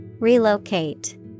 Relocate